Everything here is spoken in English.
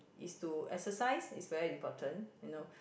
it's to exercise it's very important you know